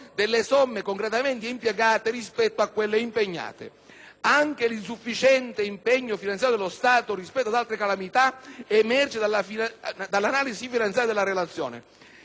Anche l'insufficiente impegno finanziario dello Stato rispetto ad altre calamità emerge dall'analisi finanziaria della relazione: i 2.272 miliardi di lire erogati per il Belice,